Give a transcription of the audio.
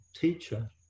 teacher